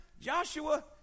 Joshua